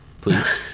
Please